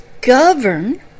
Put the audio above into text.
govern